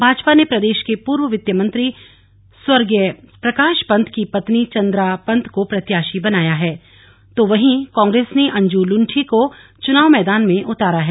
भाजपा ने प्रदेश के पूर्व वित्त मंत्री स्वर्गीय प्रकाश पंत की पत्नी चंद्रा पंत को प्रत्याशी बनाया है तो वहीं कांग्रेस ने अंजू लुंठी को चुनाव मैदान में उतारा है